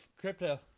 Crypto